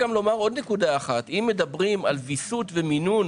בנוסף, אם מדברים על ויסות ומינון